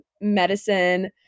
medicine